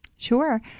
Sure